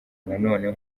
nanone